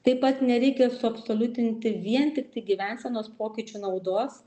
taip pat nereikia suabsoliutinti vien tiktai gyvensenos pokyčių naudos